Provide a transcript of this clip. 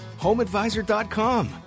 HomeAdvisor.com